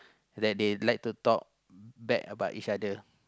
that they like to talk bad about each other